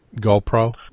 GoPro